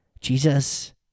Jesus